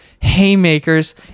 haymakers